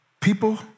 people